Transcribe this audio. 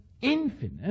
infinite